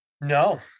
No